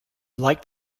liked